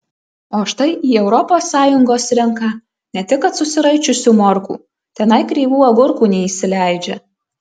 o štai į europos sąjungos rinką ne tik kad susiraičiusių morkų tenai kreivų agurkų neįsileidžia